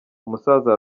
umusaza